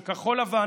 של כחול לבן,